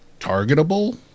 targetable